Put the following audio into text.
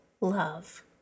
love